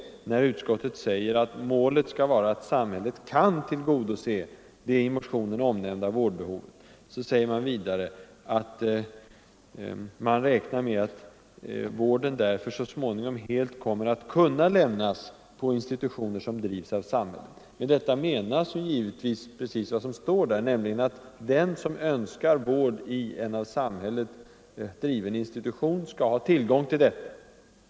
Det heter nämligen att utskottet ”vill framhålla att det långsiktiga målet bör vara att samhället helt kan tillgodose det i motionen omnämnda vårdbehovet”. Och därefter skriver utskottet att man räknar med ”att vården därför så småningom helt kommer att kunna lämnas på in Med detta menas givetvis precis vad som står där, nämligen att den som önskar vård i en av samhället driven institution skall ha tillgång till sådan vård.